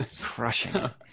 crushing